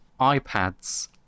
iPads